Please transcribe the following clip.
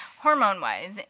hormone-wise